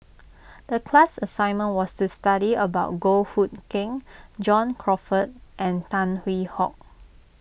the class assignment was to study about Goh Hood Keng John Crawfurd and Tan Hwee Hock